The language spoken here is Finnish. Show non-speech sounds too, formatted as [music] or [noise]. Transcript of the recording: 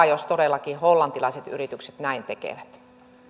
[unintelligible] jos todellakin jopa hollantilaiset yritykset näin tekevät